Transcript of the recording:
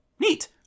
neat